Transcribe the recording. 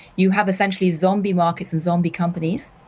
you have essentially zombie markets and zombie companies.